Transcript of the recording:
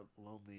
lonely –